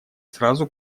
сразу